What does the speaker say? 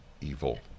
evil